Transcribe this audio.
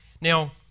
now